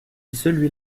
celui